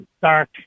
dark